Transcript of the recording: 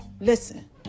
Listen